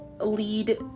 Lead